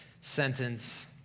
sentence